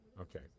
Okay